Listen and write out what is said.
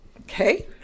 Okay